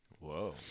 Whoa